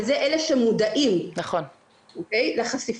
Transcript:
וזה אלה שמודעים לחשיפה.